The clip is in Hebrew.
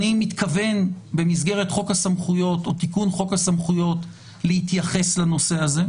אני מתכוון במסגרת תיקון חוק הסמכויות להתייחס לנושא הזה.